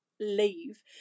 leave